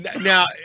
Now